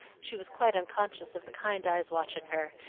she was quite unconscious of the kind eyes watching her,